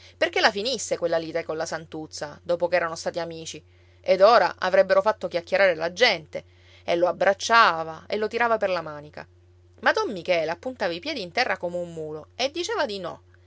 perché la finisse quella lite con la santuzza dopo che erano stati amici ed ora avrebbero fatto chiacchierare la gente e lo abbracciava e lo tirava per la manica ma don michele appuntava i piedi in terra come un mulo e diceva di no